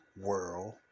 world